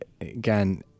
again